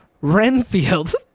Renfield